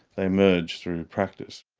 they emerge through practice.